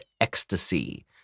ecstasy